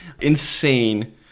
Insane